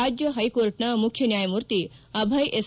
ರಾಜ್ಯ ಹೈಕೋರ್ಟ್ನ ಮುಖ್ಯ ನ್ಯಾಯಮೂರ್ತಿ ಅಭಯ್ ಎಸ್